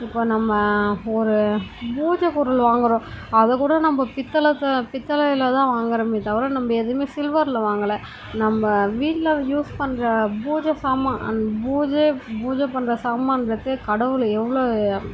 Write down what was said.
இப்போ நம்ம ஒரு பூஜைப்பொருள் வாங்குகிறோம் அதை கூட நம்ம பித்தளத்தில் பித்தளையில் தான் வாங்குகிறோமே தவிர நம்ம எதுவுமே சில்வரில் வாங்கல நம்ப வீட்டில் யூஸ் பண்ணுற பூஜை சாமான் அந் பூஜை பூஜை பண்ணுற சாமான்றதே கடவுளை எவ்வளோ